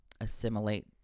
assimilate